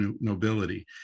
nobility